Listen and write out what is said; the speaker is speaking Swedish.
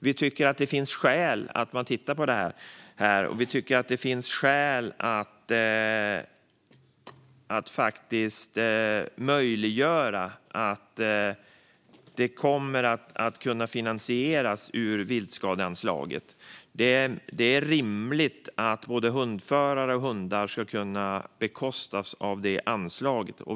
Det finns skäl att titta på detta och att möjliggöra finansiering via viltskadeanslaget. Det är rimligt att både hundförare och hundar bekostas via detta anslag.